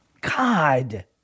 God